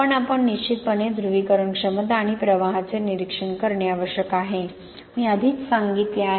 पण आपण निश्चितपणे ध्रुवीकरण क्षमता आणि प्रवाहाचे निरीक्षण करणे आवश्यक आहे मी आधीच सांगितले आहे